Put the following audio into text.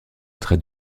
très